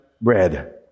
bread